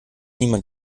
niemand